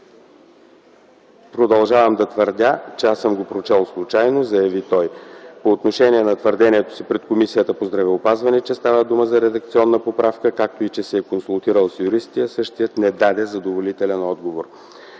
„Продължавам да твърдя – аз съм го прочел случайно” – заяви той. По отношение на твърдението си пред Комисията по здравеопазване, че става дума за редакционна поправка, както и че се е консултирал с юристи – същият не даде задоволителен отговор.